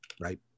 Right